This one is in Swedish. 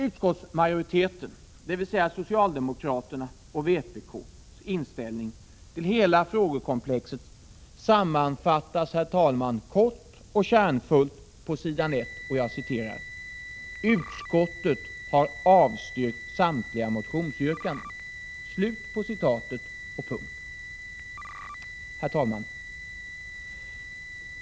Utskottsmajoritetens, dvs. socialdemokraternas och vpk:s, inställning till hela frågekomplexet sammanfattas, herr talman, kort och kärnfullt på s. 1: ”Utskottet har avstyrkt samtliga motionsyrkanden.” Herr talman!